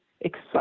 excite